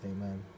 Amen